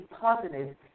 positive